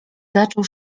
zaczął